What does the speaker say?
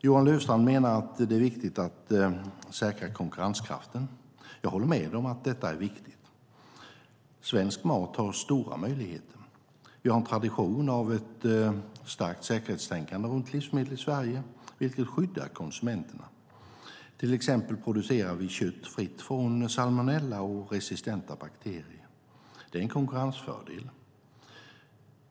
Johan Löfstrand menar att det är viktigt att säkra konkurrenskraften. Jag håller med om att detta är viktigt. Svensk mat har stora möjligheter. Vi har en tradition av ett starkt säkerhetstänkande runt livsmedel i Sverige, vilket skyddar konsumenterna. Till exempel producerar vi kött fritt från salmonella och resistenta bakterier. Det är en konkurrensfördel.